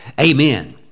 Amen